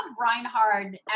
Reinhard